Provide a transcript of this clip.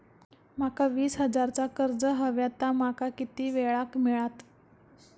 माका वीस हजार चा कर्ज हव्या ता माका किती वेळा क मिळात?